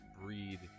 breed